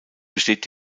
besteht